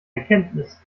erkenntnis